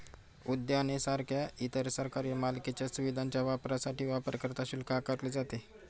उद्याने सारख्या इतर सरकारी मालकीच्या सुविधांच्या वापरासाठी वापरकर्ता शुल्क आकारले जाते